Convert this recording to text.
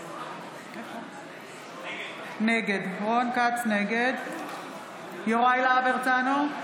נגד יוראי להב הרצנו,